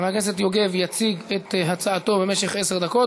חבר הכנסת יוגב יציג את הצעתו במשך עשר דקות,